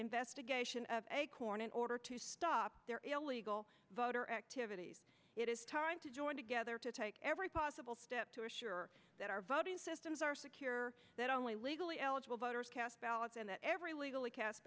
investigation of acorn in order to stop their illegal voter activities it is time to join together to take every possible step to assure that our voting systems are secure that only legally eligible voters cast ballots and that every legally cast